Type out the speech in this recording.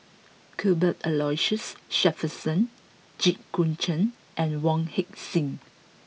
Cuthbert Aloysius Shepherdson Jit Koon Ch'ng and Wong Heck Sing